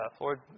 Lord